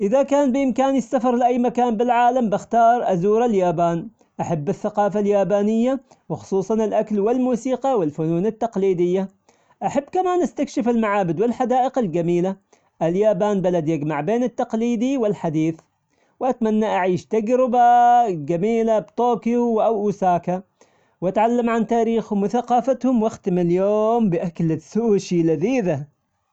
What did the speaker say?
إذا كان بإمكاني السفر لأي مكان بالعالم بختار أزور اليابان، أحب الثقافة اليابانية وخصوصا الأكل والموسيقى والفنون التقليدية، أحب كمان استكشف المعابد والحدائق الجميلة. اليابان بلد يجمع بين التقليدي والحديث. وأتمنى أعيش تجربة جميلة بطوكيو أو أوساكا، وأتعلم عن تاريخهم وثقافتهم وأختم اليوم بأكلة سوشي لذيذة.